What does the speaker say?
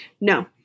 No